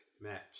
match